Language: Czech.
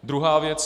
Druhá věc.